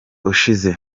ushize